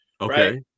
Okay